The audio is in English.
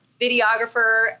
videographer